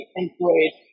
employed